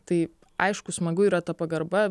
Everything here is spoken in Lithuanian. tai aišku smagu yra ta pagarba